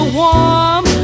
warm